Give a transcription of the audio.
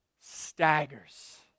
staggers